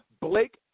Blake